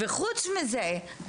חוץ מזה,